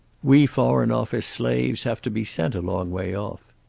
we foreign office slaves have to be sent a long way off.